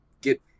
get